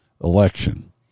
election